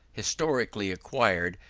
historically acquired,